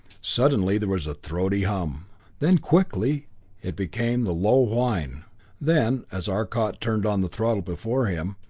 suddenly there was a throaty hum then quickly it became the low whine then, as arcot turned on the throttle before him,